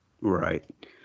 Right